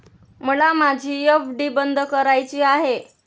मला माझी एफ.डी बंद करायची आहे